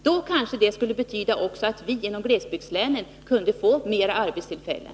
Det kanske skulle betyda att också vi i glesbygdslänen kunde få fler arbetstillfällen.